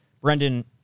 Brendan